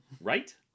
Right